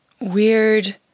weird